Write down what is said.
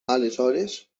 aleshores